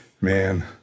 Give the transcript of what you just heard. Man